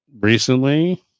recently